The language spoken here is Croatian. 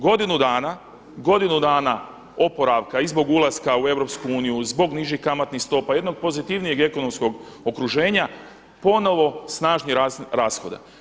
Godinu dana, godinu dana oporavka i zbog ulaska u EU, zbog nižih kamatnih stopa, jednog pozitivnijeg ekonomskog okruženja ponovno snažni rast rashoda.